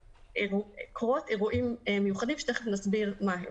קרות אירועים מיוחדים, שתכף נסביר מה הם.